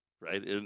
right